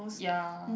ya